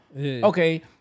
Okay